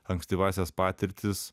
ankstyvąsias patirtis